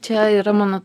čia yra mano